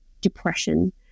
depression